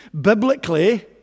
biblically